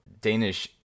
Danish